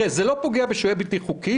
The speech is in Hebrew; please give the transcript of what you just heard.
זה לא פוגע בשוהה בלתי חוקי,